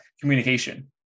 communication